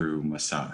דרך "מסע".